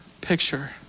picture